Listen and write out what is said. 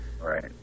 Right